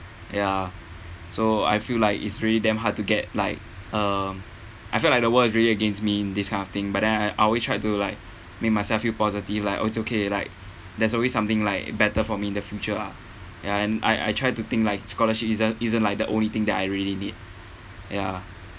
ya so I feel like it's really damn hard to get like um I feel like the world is really against me in this kind of thing but then I I always tried to like make myself feel positive like it's okay like there's always something like better for me in the future ah ya and I I try to think like scholarship isn't isn't like the only thing that I really need ya